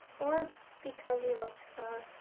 or because he loves god?